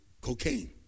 cocaine